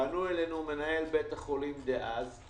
פנה אלינו מנהל בית החולים פוריה דאז.